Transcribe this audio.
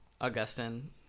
Augustine